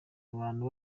abantu